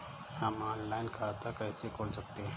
हम ऑनलाइन खाता कैसे खोल सकते हैं?